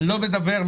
לא מדבר,